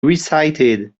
recited